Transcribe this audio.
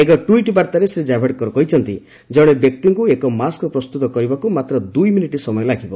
ଏକ ଟ୍ୱିଟ୍ ବାର୍ତ୍ତାରେ ଶ୍ରୀ ଜାବଡେକର କହିଛନ୍ତି ଜଣେ ବ୍ୟକ୍ତିଙ୍କୁ ଏକ ମାସ୍କ୍ ପ୍ରସ୍ତୁତ କରିବାକୁ ମାତ୍ର ଦୁଇ ମିନିଟ୍ ସମୟ ଲାଗିବ